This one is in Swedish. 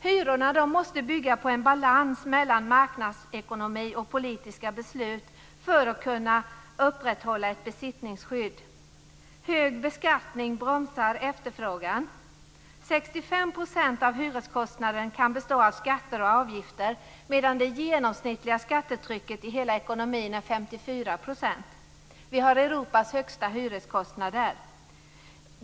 Hyrorna måste bygga på en balans mellan marknadsekonomi och politiska beslut för att kunna upprätthålla ett besittningsskydd. Hög beskattning bromsar efterfrågan. 65 % av hyreskostnaden kan bestå av skatter och avgifter, medan det genomsnittliga skattetrycket i hela ekonomin är 54 %. Vi har Europas högsta hyreskostnader.